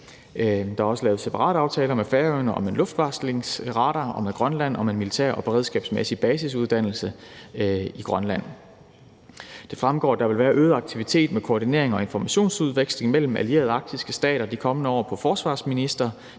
Der er også lavet separate aftaler med Færøerne om en luftvarslingsradar og med Grønland om en militær- og beredskabsmæssig basisuddannelse i Grønland. Det fremgår, at der vil være øget aktivitet med koordinering og informationsudveksling imellem allierede arktiske stater de kommende år på forsvarsministerniveau,